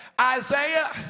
Isaiah